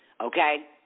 okay